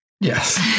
Yes